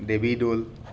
দেৱীদৌল